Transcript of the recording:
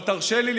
אבל תרשה לי,